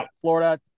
Florida